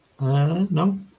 No